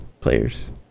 players